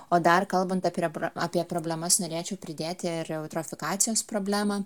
o dar kalbant apie apie problemas norėčiau pridėti ir eutrofikacijos problemą